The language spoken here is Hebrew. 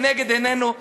לנגד עינינו.